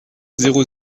zéro